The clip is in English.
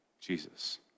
Jesus